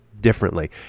differently